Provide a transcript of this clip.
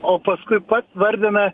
o paskui pats vardina